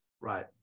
Right